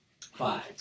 Five